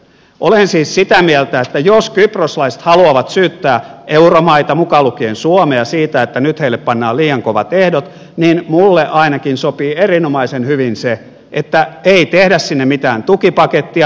olen siis sitä mieltä että jos kyproslaiset haluavat syyttää euromaita mukaan lukien suomea siitä että nyt heille pannaan liian kovat ehdot niin minulle ainakin sopii erinomaisen hyvin se että ei tehdä sinne mitään tukipakettia